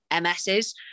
MS's